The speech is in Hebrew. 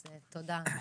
אז תודה דניאל.